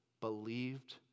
believed